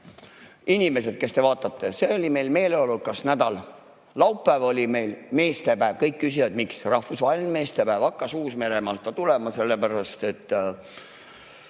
inimesed, kes te vaatate! See oli meil meeleolukas nädal. Laupäev oli meestepäev. Kõik küsivad, miks. See rahvusvaheline meestepäev hakkas Uus-Meremaalt tulema, sellepärast et